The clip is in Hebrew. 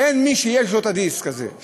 אין מי שיש לו את הדיסק הזה,